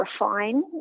refine